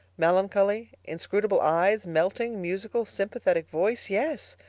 melancholy, inscrutable eyes melting, musical, sympathetic voice yes,